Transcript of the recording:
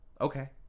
okay